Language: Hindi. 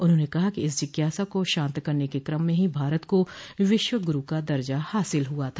उन्होंने कहा कि इस जिज्ञासा को शांत करने के क्रम में ही भारत को विश्व गुरू का दर्जा हासिल हुआ था